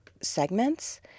segments